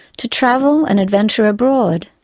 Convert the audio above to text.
to travel and adventure abroad.